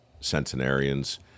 centenarians